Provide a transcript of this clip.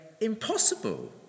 impossible